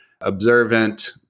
observant